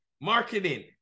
Marketing